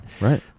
right